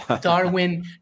Darwin